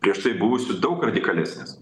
prieš tai buvusiu daug radikalesnis